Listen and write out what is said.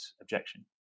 objection